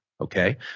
Okay